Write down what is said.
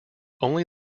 only